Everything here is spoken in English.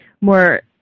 more